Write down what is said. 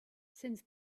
since